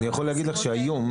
אני יכול לומר לך שהיום,